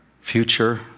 future